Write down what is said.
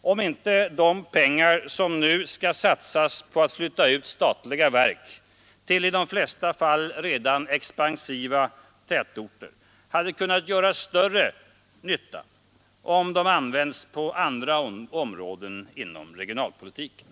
om inte de pengar som nu skall satsas på att flytta ut statliga verk till i de flesta fall redan expansiva tätorter hade kunnat göra större nytta om de användes på andra områden inom regionalpolitiken.